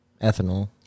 Ethanol